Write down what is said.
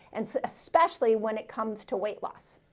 and especially when it comes to weight loss.